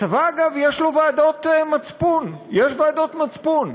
הצבא, אגב, יש לו ועדות מצפון, יש ועדות מצפון,